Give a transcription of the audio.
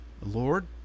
Lord